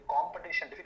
competition